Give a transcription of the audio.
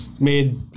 Made